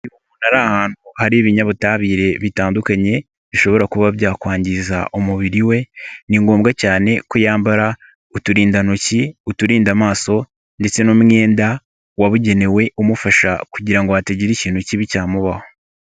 Iyo umuntu ari ahantu hari ibinyabutabire bitandukanye bishobora kuba byakwangiza umubiri we, ni ngombwa cyane ko yambara uturindantoki, uturinda amaso ndetse n'umwenda wabugenewe umufasha kugira ngo hatagira ikintu kibi cyamubaho.